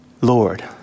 Lord